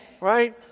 right